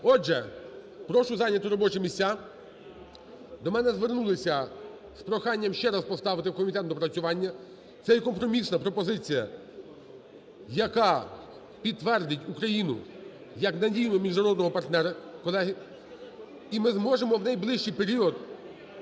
Отже, прошу зайняти робочі місця. До мене звернулися з проханням ще раз поставити "в комітет на доопрацювання". Це є компромісна пропозиція, яка підтвердить Україну як надійного міжнародного партнера, колеги. І ми зможемо в найближчий період